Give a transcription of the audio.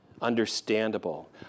understandable